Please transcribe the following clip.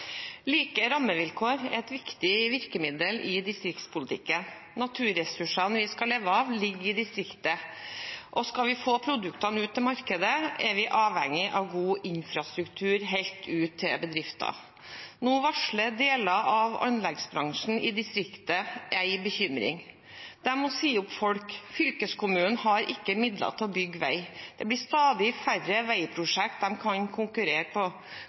et viktig virkemiddel i distriktspolitikken. Naturressursene vi skal leve av, ligger i distriktet, og skal vi få produktene ut til markedet, er vi avhengig av god infrastruktur helt ut til bedriften. Nå varsler deler av anleggsbransjen i distriktet vårt en bekymring. De må si opp folk, fylkeskommunene har ikke midler til å bygge vei. Det blir stadig færre veiprosjekter de kan konkurrere på.